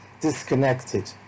disconnected